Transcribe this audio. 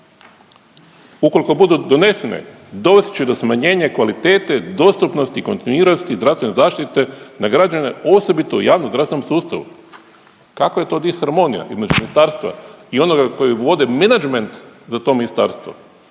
Ukoliko budu donesene dovest će do smanjenja kvalitete dostupnosti i kontinuiranosti zdravstvene zaštite na građane, osobito u javnozdravstvenom sustavu. Kakva je to disharmonija između ministarstva i onoga koji vodi menadžment za to ministarstvo